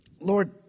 Lord